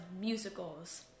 musicals